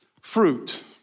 fruit